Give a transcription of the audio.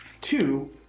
two